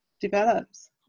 develops